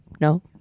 No